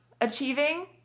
achieving